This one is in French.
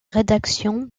rédaction